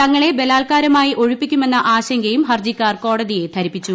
തങ്ങളെ ബലാൽക്കാരമായി ഒഴിപ്പിക്കുമെന്ന ആശങ്കയും ഹർജിക്കാർ കോടതിയെ ധരിപ്പിച്ചു